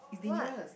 what